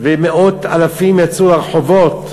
ומאות אלפים יצאו לרחובות,